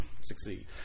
succeed